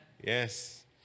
Yes